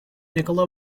nikola